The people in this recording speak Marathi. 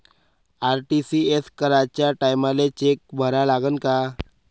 आर.टी.जी.एस कराच्या टायमाले चेक भरा लागन का?